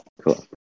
Cool